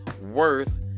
worth